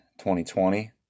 2020